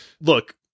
Look